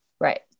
Right